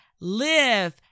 live